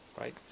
right